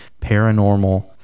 paranormal